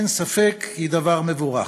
אין ספק, היא דבר מבורך,